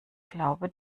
glaube